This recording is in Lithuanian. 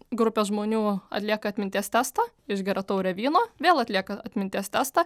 grupė žmonių atlieka atminties testą išgeria taurę vyno vėl atlieka atminties testą